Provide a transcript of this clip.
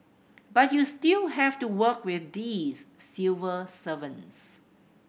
but you still have to work with these civil servants